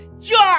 George